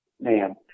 Man